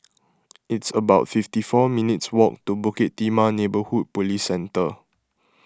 it's about fifty four minutes' walk to Bukit Timah Neighbourhood Police Centre